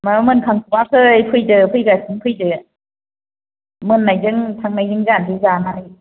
मायाव मोनखांथआखै फैदो फैगासिनो फैदो मोननायजों थांनायजों जानोसै जानानै